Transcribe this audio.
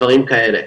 דברים כאלה.